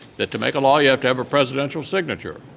that, to make a law, you have to have a presidential signature.